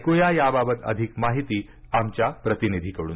ऐकुया याबाबत अधिक माहिती आमच्या प्रतिनिधीकडून